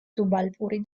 სუბალპური